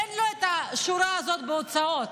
אין לו את השורה הזאת בהוצאות,